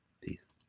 Peace